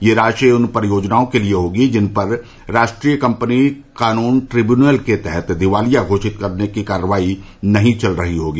यह राशि उन परियोजनाओं के लिए होगी जिन पर राष्ट्रीय कम्पनी कानून ट्रिब्यूनल के तहत दिवालिया घोषित करने की कार्यवाही नहीं चल रही होगी